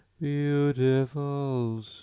beautiful